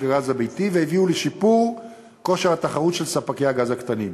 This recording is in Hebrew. הגז הביתי והביאו לשיפור כושר התחרות של ספקי הגז הקטנים.